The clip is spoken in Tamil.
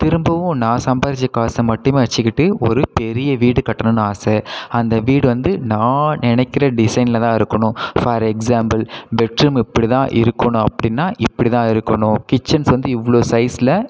திரும்பவும் நான் சம்பாரித்த காசை மட்டுமே வச்சுக்கிட்டு ஒரு பெரிய வீடு கட்டணும்னு ஆசை அந்த வீடு வந்து நான் நினைக்குற டிசைனில் தான் இருக்கணும் ஃபார் எக்ஸாம்பிள் பெட்ரூம் இப்படி தான் இருக்கணும் அப்படினா இப்படி தான் இருக்கணும் கிச்சன்ஸ் வந்து இவ்வளோ சைஸில்